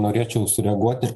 norėčiau sureaguoti